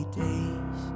days